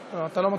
אתה לא מתחיל.